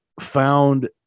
found